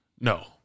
No